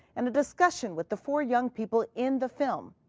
and a discussion with the four young people in the film.